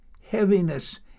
heaviness